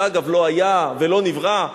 שאגב לא היה ולא נברא.